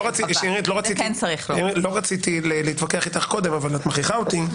לא רציתי להתווכח איתך קודם אבל את מכריחה אותי.